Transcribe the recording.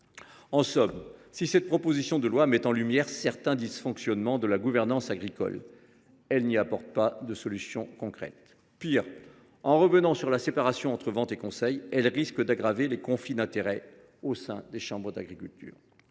En somme, si cette proposition de loi met en lumière certains dysfonctionnements de la gouvernance agricole, elle n’y apporte pas de solutions concrètes. Pis, en revenant sur la séparation entre la vente et le conseil, elle risque d’aggraver les conflits d’intérêts au sein des chambres d’agriculture.